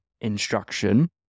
instruction